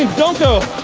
and don't go,